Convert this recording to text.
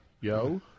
yo